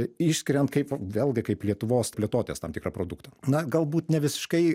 išskiriant kaip vėlgi kaip lietuvos plėtotės tam tikrą produktą na galbūt ne visiškai